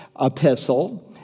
epistle